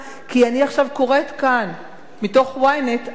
כי אני קוראת עכשיו מתוך Ynet אז,